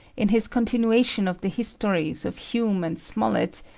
in his continuation of the histories of hume and smollett,